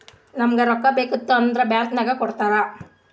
ನಮುಗ್ ರೊಕ್ಕಾ ಬೇಕಿತ್ತು ಅಂದುರ್ ಬ್ಯಾಂಕ್ ನಾಗ್ ಕೊಡ್ತಾರ್